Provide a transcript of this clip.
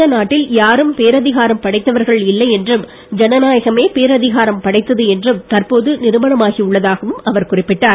இந்த நாட்டில் யாரும் பேரதிகாரம் படைத்தவர்கள் இல்லை என்றும் ஜனநாயகமே பேரதிகாரம் படைத்தது என்பது தற்போது நிருபணமாகி உள்ளதாகவும் அவர் குறிப்பிட்டார்